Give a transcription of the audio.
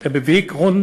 המניע שגרם